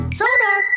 sonar